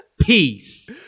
Peace